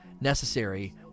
necessary